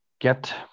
Get